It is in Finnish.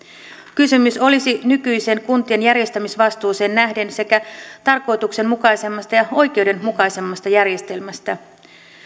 kysymys olisi nykyiseen kuntien järjestämisvastuuseen nähden tarkoituksenmukaisemmasta ja oikeudenmukaisemmasta järjestelmästä